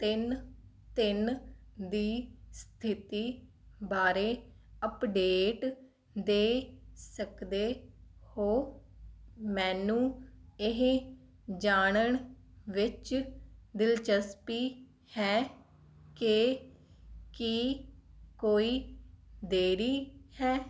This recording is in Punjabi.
ਤਿੰਨ ਤਿੰਨ ਦੀ ਸਥਿਤੀ ਬਾਰੇ ਅੱਪਡੇਟ ਦੇ ਸਕਦੇ ਹੋ ਮੈਨੂੰ ਇਹ ਜਾਣਨ ਵਿੱਚ ਦਿਲਚਸਪੀ ਹੈ ਕਿ ਕੀ ਕੋਈ ਦੇਰੀ ਹੈ